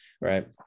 right